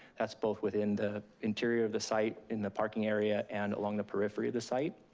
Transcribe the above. that's both within the interior of the site in the parking area, and along the periphery of the site.